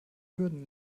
hürden